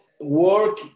work